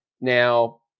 Now